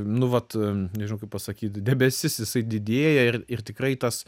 nu vat nežinau kaip pasakyti debesis jisai didėja ir ir tikrai tas